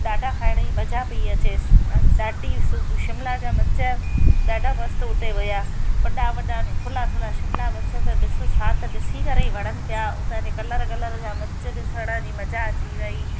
ॾाढा खाइण जी मज़ा पई अचे ॾाढी सू शिमला जा मिर्च ॾाढा मस्तु हुते हुआ वॾा वॾा अने थूल्हा थूल्हा शिमला मिर्च त ॾिसो छा त ॾिसी करे ई वणनि पिया उता जेका कलर कलर जा मिर्च ॾिसण जी मज़ा अची वई